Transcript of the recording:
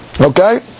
Okay